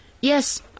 Yes